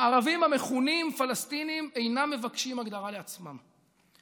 הערבים המכונים פלסטינים אינם מבקשים הגדרה לעצמם,